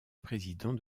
président